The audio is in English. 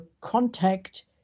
contact